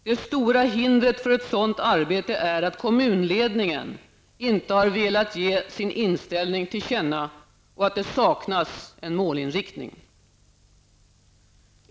Det stora hindret för ett sådant arbete är att kommunledningen inte har velat ge sin inställning till känna och att det saknas en målinriktning.